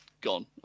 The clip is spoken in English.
gone